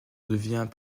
devient